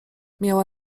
miała